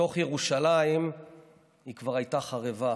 לתוך ירושלים היא כבר הייתה חרבה,